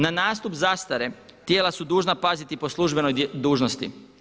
Na nastup zastare tijela su dužna paziti po službenoj dužnosti.